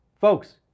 Folks